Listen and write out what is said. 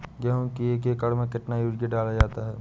गेहूँ के एक एकड़ में कितना यूरिया डाला जाता है?